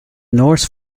norse